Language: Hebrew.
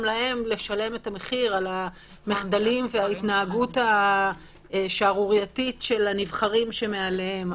להם לשלם את המחיר על המחדלים וההתנהגות השערורייתית של הנבחרים שמעליהם,